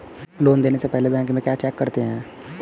Loan देने से पहले बैंक में क्या चेक करते हैं?